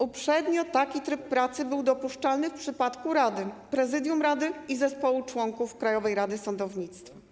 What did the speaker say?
Uprzednio taki tryb pracy był dopuszczalny w przypadku rady, prezydium rady i zespołu członków Krajowej Rady Sądownictwa.